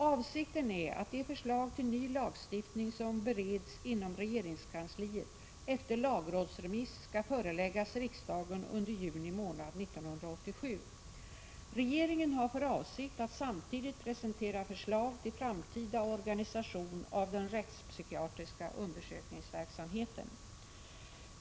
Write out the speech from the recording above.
Avsikten är att de förslag till ny lagstiftning som bereds inom regeringskansliet efter lagrådsremiss skall föreläggas riksdagen under juni månad 1987. Regeringen har för avsikt att samtidigt presentera förslag till framtida organisation av den rättspsykiatriska undersökningsverksamheten.